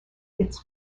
its